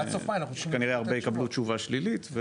כנראה הרבה יקבלו תשובה שלילית.